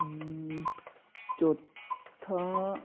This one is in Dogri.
चौथा